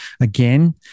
Again